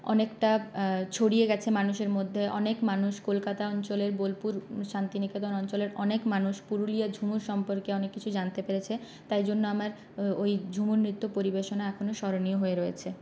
অনেকটা ছড়িয়ে গিয়েছে মানুষের মধ্যে অনেক মানুষ কলকাতা অঞ্চলের বোলপুর শান্তিনিকেতন অঞ্চলের অনেক মানুষ পুরুলিয়ার ঝুমুর সম্পর্কে অনেক কিছু জানতে পেরেছে তাই জন্য আমার ওই ঝুমুর নৃত্য পরিবেশনা এখনো স্মরণীয় হয়ে রয়েছে